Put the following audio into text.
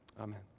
Amen